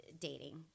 dating